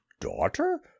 daughter